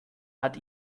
hat